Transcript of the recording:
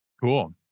Cool